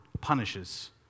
punishes